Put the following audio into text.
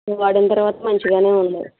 అవి వాడిన తరువాత మంచిగానే ఉంది